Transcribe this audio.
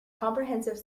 comprehensive